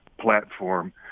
platform